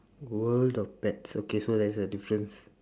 world of pets okay so there's a difference